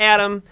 Adam